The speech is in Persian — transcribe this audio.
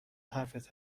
حرفت